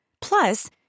Plus